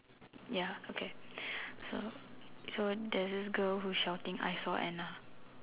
ya okay so so there's this girl who's shouting I saw Anna